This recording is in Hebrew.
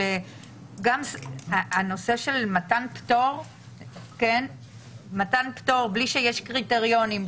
הנושא של מתן פטור לי שיש קריטריונים,